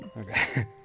Okay